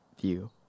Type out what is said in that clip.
view